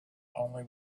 only